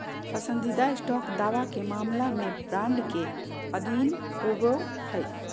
पसंदीदा स्टॉक दावा के मामला में बॉन्ड के अधीन होबो हइ